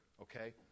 okay